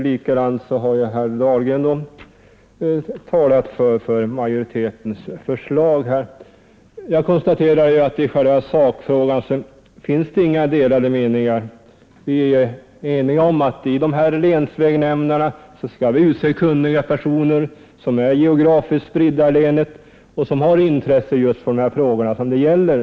Även herr Dahlgren har talat för majoritetens förslag. Jag konstaterar att i sakfrågan finns det inte några delade meningar. Vi är eniga om att till länsvägnämnderna skall utses kunniga personer, som är geografiskt spridda i länet och som har intresse för de frågor det gäller.